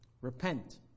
Repent